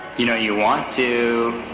you know you want to.